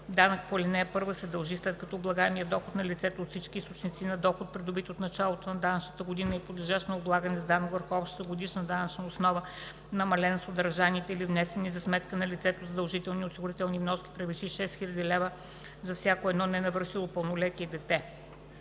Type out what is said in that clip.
данък по ал. 1 се дължи, след като облагаемият доход на лицето от всички източници на доход, придобит от началото на данъчната година и подлежащ на облагане с данък върху общата годишна данъчна основа, намален с удържаните или внесените за сметка на лицето задължителни осигурителни вноски, превиши 6000 лв. за всяко едно ненавършило пълнолетие дете.